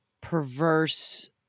perverse